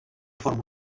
forma